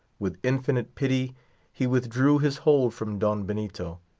with infinite pity he withdrew his hold from don benito.